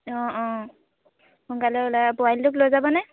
অঁ অঁ সোনকালে ওলাই পোৱালীটোক লৈ যাবনে